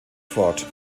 fort